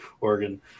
Oregon